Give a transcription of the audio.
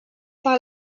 par